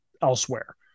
elsewhere